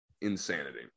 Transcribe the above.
Insanity